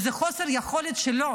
וזה חוסר היכולת שלו